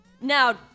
now